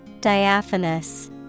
Diaphanous